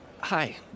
Hi